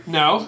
no